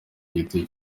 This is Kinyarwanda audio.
giti